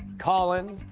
colin,